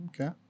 Okay